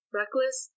reckless